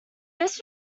this